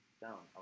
down